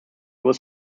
was